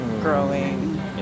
growing